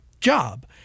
job